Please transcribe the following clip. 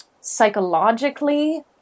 psychologically